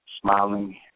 smiling